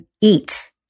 eat